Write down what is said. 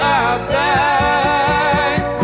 outside